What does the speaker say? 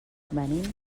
venim